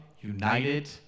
united